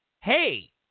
Hey